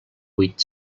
huit